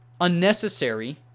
unnecessary